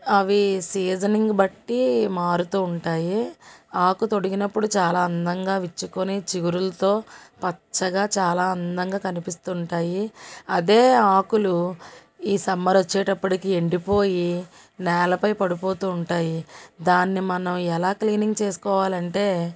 అవి సీజనింగ్ బట్టి మారుతూ ఉంటాయి ఆకు తొడిగినప్పుడు చాలా అందంగా విచ్చుకొని చిగురులతో పచ్చగా చాలా అందంగా కనిపిస్తుంటాయి అదే ఆకులు ఈ సమ్మర్ వచ్చేటప్పటికి ఎండిపోయి నేలపై పడిపోతూ ఉంటాయి దాన్ని మనం ఎలా క్లీనింగ్ చేసుకోవాలంటే